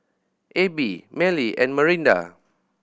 Abie Mallie and Marinda